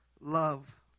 love